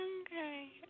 Okay